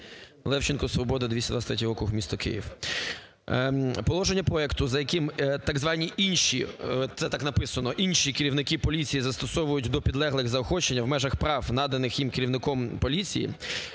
Левченко, "Свобода", 223 округ, місто Київ. Положення проекту, за яким так звані інші - це так написано, - інші керівники поліції застосовують до підлеглих заохочення в межах прав, наданих їм керівником поліції,